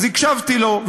הקשבתי לו,